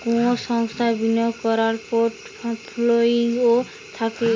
কুনো সংস্থার বিনিয়োগ কোরার পোর্টফোলিও থাকে